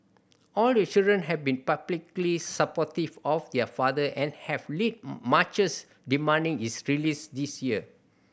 all the children have been publicly supportive of their father and have led marches demanding his release this year